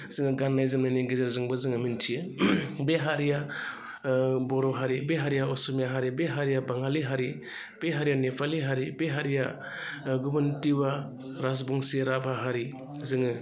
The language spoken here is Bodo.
जोङो गाननाय जोमनायनि गेजेरजोंबो जोङो मोन्थियो बे हारिया बर' हारि बे हारिया असमिया हारि बे हारिया बाङालि हारि बे हारिया नेपालि हारि बे हारिया गुबुन टिवा राजबंसि राभा हारि जोङो